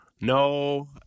No